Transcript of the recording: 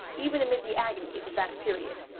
even amid the agonies of that period,